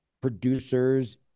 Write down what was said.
producers